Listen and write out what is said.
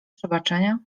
przebaczenia